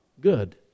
good